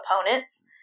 opponents